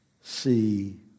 see